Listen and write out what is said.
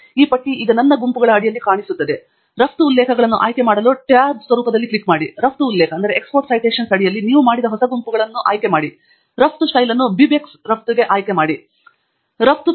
ಈ ಪಟ್ಟಿ ಈಗ ನನ್ನ ಗುಂಪುಗಳ ಅಡಿಯಲ್ಲಿ ಕಾಣಿಸುತ್ತದೆ ರಫ್ತು ಉಲ್ಲೇಖಗಳನ್ನು ಆಯ್ಕೆ ಮಾಡಲು ಟ್ಯಾಬ್ ಸ್ವರೂಪದಲ್ಲಿ ಕ್ಲಿಕ್ ಮಾಡಿ ರಫ್ತು ಉಲ್ಲೇಖಗಳ ಅಡಿಯಲ್ಲಿ ನೀವು ಮಾಡಿದ ಹೊಸ ಗುಂಪುಗಳ ಆಯ್ಕೆಗಳನ್ನು ಆಯ್ಕೆ ಮಾಡಿ ರಫ್ತು ಸ್ಟೈಲ್ ಅನ್ನು ಬಿಬಿಟೆಕ್ಸ್ ರಫ್ತುಗೆ ಆಯ್ಕೆ ಮಾಡಿ ರಫ್ತುಪಟ್ಟಿ